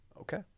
Okay